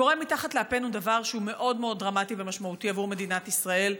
קורה מתחת לאפנו דבר שהוא מאוד דרמטי ומשמעותי עבור מדינת ישראל,